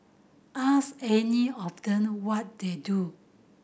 ask any of them what they do